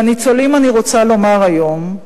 לניצולים אני רוצה לומר היום: